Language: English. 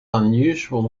unusual